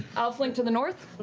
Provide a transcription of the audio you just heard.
i'll flank to the north.